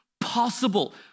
possible